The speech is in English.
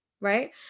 right